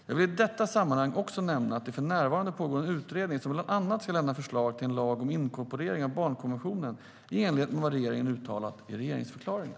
Jag vill i detta sammanhang också nämna att det för närvarande pågår en utredning som bland annat ska lämna förslag till en lag om inkorporering av barnkonventionen i enlighet med vad regeringen uttalat i regeringsförklaringen.